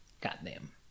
Goddamn